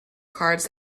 cards